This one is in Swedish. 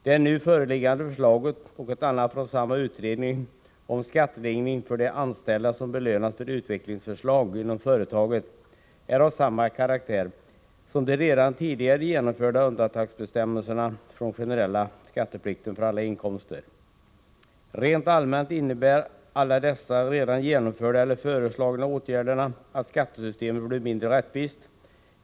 Det nu föreliggande förslaget och ett annat förslag från samma utredning om skattelindringar för anställda som belönats för utvecklingsförslag inom företaget är av samma karaktär som de redan tidigare genomförda undantagsbestämmelserna från den Rent allmänt innebär alla dessa redan genomförda eller föreslagna åtgärder att skattesystemet blir mindre rättvist.